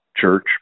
church